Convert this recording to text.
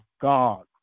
God